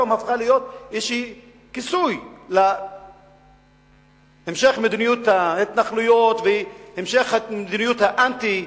היום היא הפכה כיסוי להמשך מדיניות ההתנחלויות והמשך מדיניות האנטי,